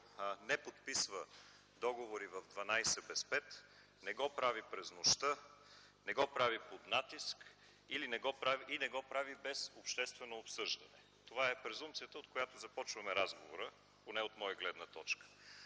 не подписва договори в 12 без 5, не го прави през нощта, не го прави под натиск и не го прави без обществено обсъждане. Това е презумпцията, от която започваме разговора, поне от моя гледна точка.